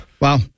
Wow